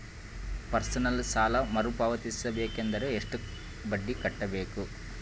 Personal ಸಾಲ ಮರು ಪಾವತಿಸಬೇಕಂದರ ಎಷ್ಟ ಬಡ್ಡಿ ಕಟ್ಟಬೇಕು?